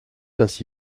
ainsi